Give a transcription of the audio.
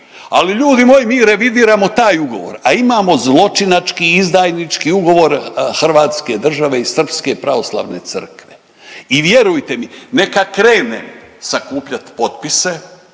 ali ljudi moji mi revidiramo taj ugovor, a imamo zločinački, izdajnički ugovor hrvatske države i Srpske pravoslavne crkve i vjerujte mi neka krene sakupljati potpise